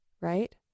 Right